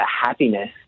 happiness